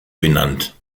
benannt